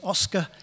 Oscar